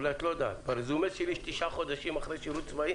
אולי את לא יודעת: ברזומה שלי יש תשעה חודשים אחרי שירות צבאי